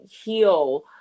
heal